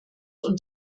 und